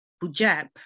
Punjab